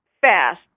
fast